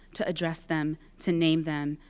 to address them, to name them,